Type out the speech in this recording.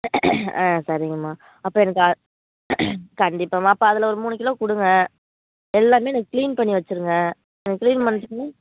ஆ சரிங்கம்மா அப்பறம் எனக்கு ஆ கண்டிப்பாம்மா அப்போ அதில் ஒரு மூணு கிலோ கொடுங்க எல்லாமே நீங்கள் கிளீன் பண்ணி வச்சிருங்க கிளீன் பண்ணுறதுக்குமே